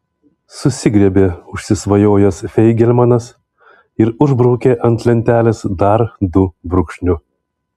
susigriebė užsisvajojęs feigelmanas ir užbraukė ant lentelės dar du brūkšniu